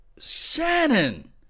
Shannon